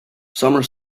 summer